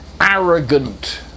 arrogant